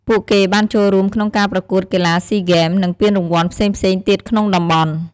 ពួកគេបានចូលរួមក្នុងការប្រកួតកីឡាស៊ីហ្គេម និងពានរង្វាន់ផ្សេងៗទៀតក្នុងតំបន់។